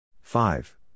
Five